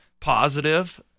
positive